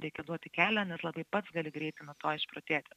reikia duoti kelią net labai pats gali greit nuo to išprotėti